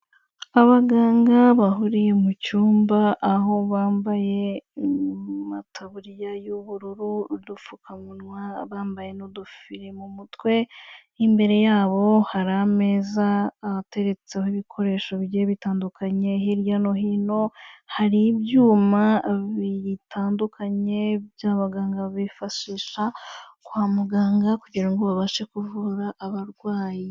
Abaganga bahuriye mu cyumba, aho bambaye amataburiya y'ubururu, udupfukamunwa, bambaye n'udufire mu mutwe, imbere yabo hari ameza ahateretseho ibikoresho bigiye bitandukanye, hirya no hino hari ibyuma bitandukanye by'abaganga bifashisha kwa muganga kugira ngo babashe kuvura abarwayi.